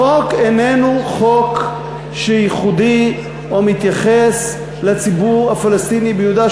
החוק איננו חוק ייחודי או מתייחס לציבור הפלסטיני ביהודה,